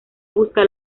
busca